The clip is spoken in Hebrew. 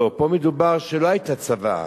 לא, פה מדובר שלא היתה צוואה.